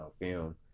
film